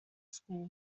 school